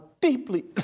deeply